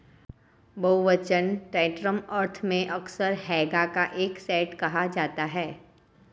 बहुवचन टैंटम अर्थ में अक्सर हैगा का एक सेट कहा जाता है